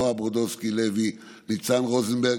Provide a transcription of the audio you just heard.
נועה ברודסקי-לוי וניצן רוזנברג.